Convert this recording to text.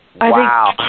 Wow